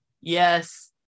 Yes